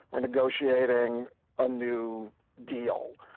we're negotiating a new deal.